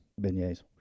Beignets